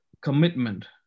commitment